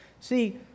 See